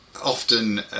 often